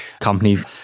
companies